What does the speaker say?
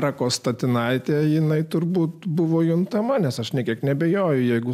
sako statinaitę jinai turbūt buvo juntama nes aš nė kiek neabejoju jeigu